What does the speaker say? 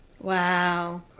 Wow